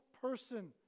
person